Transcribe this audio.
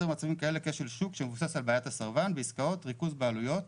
מצבים של כשל שוק שמבוסס על בעייתה סרבן בעסקאות ריכוז בעלויות,